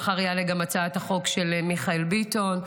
ומחר תעלה הצעת החוק של מיכאל ביטון.